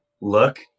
look